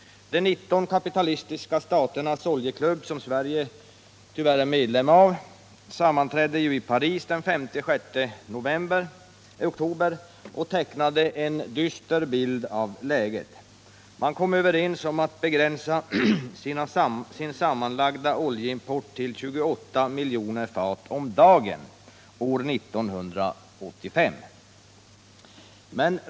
De 19 kapitalistiska staternas oljeklubb, som Sverige tyvärr är medlem av, sammanträdde i Paris den 5-6 oktober och tecknade en dyster bild av läget. Man kom överens om att begränsa sin sammanlagda oljeimport till 28 miljoner fat om dagen år 1985.